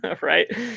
Right